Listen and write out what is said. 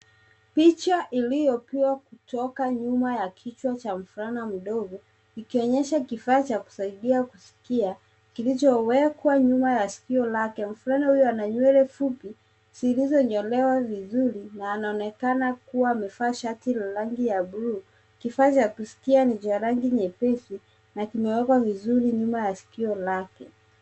Picha iliyopigwa kutoka nyuma ya kichwa cha mvulana mdogo ikionyesha kifaa cha kusaidia kuskia kilichowekwa nyuma ya sikio lake. Mvulana huyo ana nywele fupi zilizonyolewa vizuri na anaonekana kuwa amevaa shati la rangi ya bluu. Kifaa cha kuskia ni cha rangi nyepesi na kimewekwa vizuri nyuma ya skio lake.